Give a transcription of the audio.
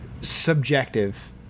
subjective